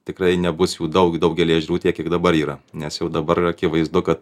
tikrai nebus jų daug daugelyje ežerų tiek kiek dabar yra nes jau dabar akivaizdu kad